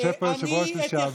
יושב פה יושב-ראש לשעבר,